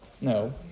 No